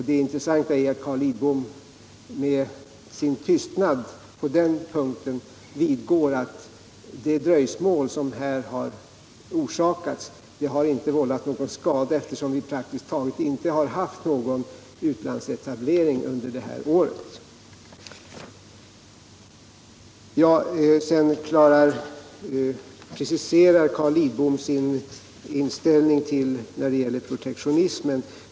Det intressanta är att Carl Lidbom med sin tystnad på den punkten vidgår att det dröjsmål som här har uppstått inte vållat någon skada, eftersom vi praktiskt taget inte haft någon utlandsetablering under det här året. Sedan preciserade Carl Lidbom sin inställning när det gäller protektionismen.